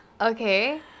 Okay